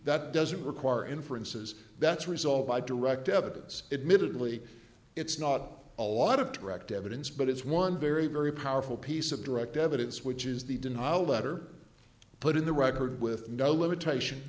that doesn't require inferences that's result by direct evidence it minutely it's not a lot of direct evidence but it's one very very powerful piece of direct evidence which is the denial letter put in the record with no limitation